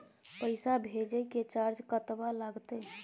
पैसा भेजय के चार्ज कतबा लागते?